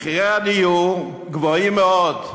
מחירי הדיור גבוהים מאוד,